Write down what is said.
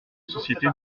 société